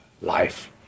life